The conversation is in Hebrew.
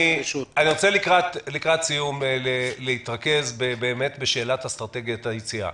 לקראת סיום אני רוצה להתרכז בשאלת אסטרטגיית היציאה.